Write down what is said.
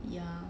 ya